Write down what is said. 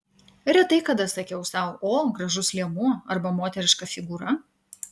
retai kada sakiau sau o gražus liemuo arba moteriška figūra